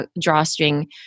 drawstring